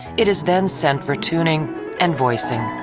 it is then sent for tuning and voicing.